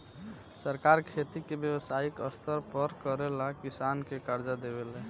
सरकार खेती के व्यवसायिक स्तर पर करेला किसान के कर्जा देवे ले